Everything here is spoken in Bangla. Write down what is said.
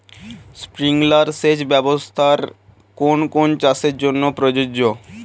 স্প্রিংলার সেচ ব্যবস্থার কোন কোন চাষের জন্য প্রযোজ্য?